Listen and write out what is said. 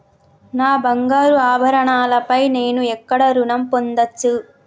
నా బంగారు ఆభరణాలపై నేను ఎక్కడ రుణం పొందచ్చు?